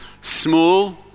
small